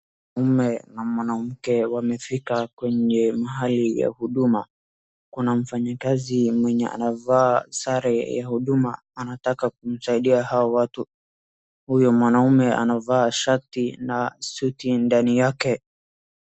Mume na mwanamke wamefika kwenye mahali ya Huduma. Kuna mfanyikazi mwenye anavaa sare ya Huduma anataka kumsaidia hao watu. Huyo mwanaume anavaa shati na suti ndani yake.